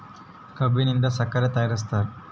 ಕಬ್ಬಿನಿಂದ ಸಕ್ಕರೆ ತಯಾರಿಸ್ತಾರ